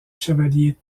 chevaliers